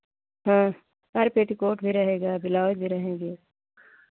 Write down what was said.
हाँ अरे पेटीकोट भी रहेगा ब्लाउज भी रहेगी